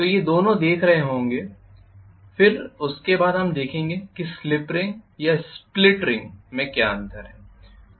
तो ये दोनों देख रहे होंगे फिर उसके बाद हम देखेंगे कि स्लिप रिंग और स्प्लिट रिंग में क्या अंतर है